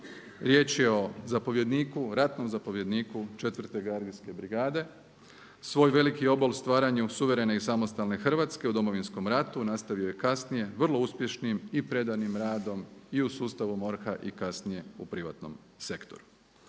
zapovjedniku, ratnom zapovjedniku 4. gardijske brigade. Svoj veliki obol stvaranju suverene i samostalne Hrvatske u Domovinskom ratu nastavio je kasnije vrlo uspješnim i predanim radom i u sustavu MORH-a i kasnije u privatnom sektoru.